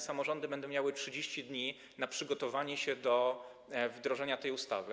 Samorządy będą miały 30 dni na przygotowanie się do wdrożenia tej ustawy.